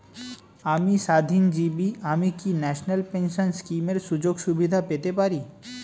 আমি স্বাধীনজীবী আমি কি ন্যাশনাল পেনশন স্কিমের সুযোগ সুবিধা পেতে পারি?